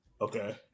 okay